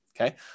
okay